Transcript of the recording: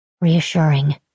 Reassuring